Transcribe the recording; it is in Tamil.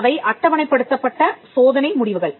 அவை அட்டவணைப்படுத்தப்பட்ட சோதனை முடிவுகள்